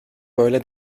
böyle